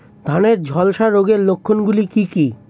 ধানের ঝলসা রোগের লক্ষণগুলি কি কি?